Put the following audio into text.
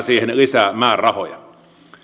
siihen lisää määrärahoja